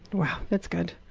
wow. that's good.